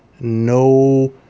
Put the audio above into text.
no